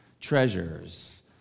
treasures